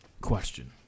question